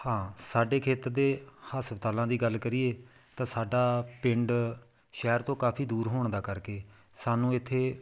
ਹਾਂ ਸਾਡੇ ਖੇਤਰ ਦੇ ਹਸਪਤਾਲਾਂ ਦੀ ਗੱਲ ਕਰੀਏ ਤਾਂ ਸਾਡਾ ਪਿੰਡ ਸ਼ਹਿਰ ਤੋਂ ਕਾਫ਼ੀ ਦੂਰ ਹੋਣ ਦਾ ਕਰਕੇ ਸਾਨੂੰ ਇੱਥੇ